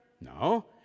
No